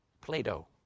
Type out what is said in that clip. Play-Doh